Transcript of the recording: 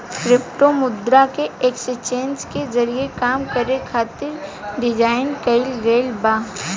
crypto मुद्रा के exchange के जरिए काम करे खातिर डिजाइन कईल गईल बा